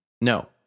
no